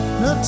no